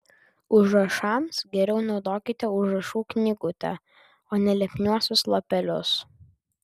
užrašams geriau naudokite užrašų knygutę o ne lipniuosius lapelius